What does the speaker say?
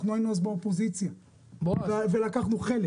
אנחנו היינו אז באופוזיציה ולקחנו חלק.